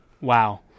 Wow